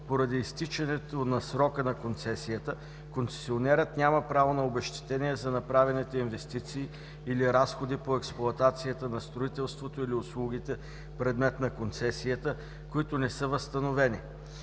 поради изтичането на срока на концесията концесионерът няма право на обезщетение за направените инвестиции или разходи по експлоатацията на строителството или услугите, предмет на концесията, които не са възстановени.